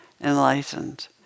enlightened